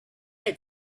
had